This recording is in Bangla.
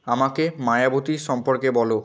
আমাকে মায়াবতীর সম্পর্কে বলো